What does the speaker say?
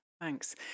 Thanks